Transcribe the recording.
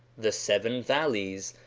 the seven valleys.